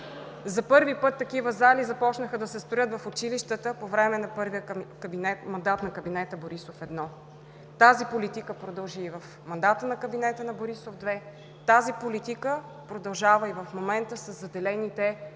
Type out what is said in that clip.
за първи път такива зали започнаха да се строят в училищата по време на първия мандат на кабинета Борисов 1. Тази политика продължи и в мандата на кабинета на Борисов 2, тази политика продължава и в момента със заделените над